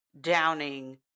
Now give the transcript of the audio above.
downing